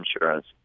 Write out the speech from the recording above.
insurance